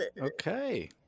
okay